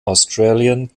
australian